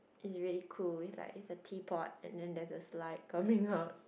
it's really cool it's like it's a teapot and then there's slide coming out